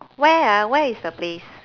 where ah where is the place